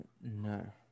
No